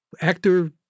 actor